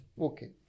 Okay